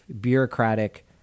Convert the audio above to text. bureaucratic